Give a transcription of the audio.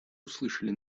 услышали